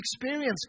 experience